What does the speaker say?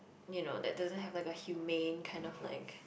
you know like doesn't have a human kind of like